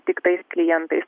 tik tais klientais